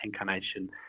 incarnation